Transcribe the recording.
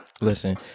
Listen